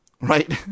right